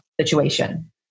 situation